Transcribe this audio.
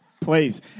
Please